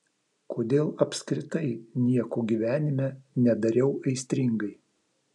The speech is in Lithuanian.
kodėl apskritai nieko gyvenime nedariau aistringai